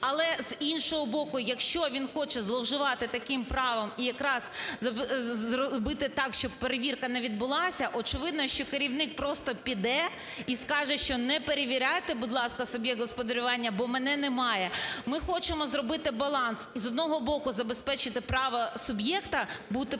Але, з іншого боку, якщо він хоче зловживати таким правом і якраз зробити так, щоб перевірка не відбулася, очевидно, що керівник просто піде і скаже, що не перевіряйте, будь ласка, суб'єкт господарювання, бо мене немає. Ми хочемо зробити баланс, з одного боку, забезпечити право суб'єкта бути присутнім